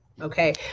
Okay